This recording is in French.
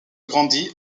grandi